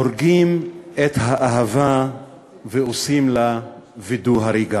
הורגים את האהבה ועושים לה וידוא הריגה.